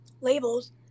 labels